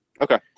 Okay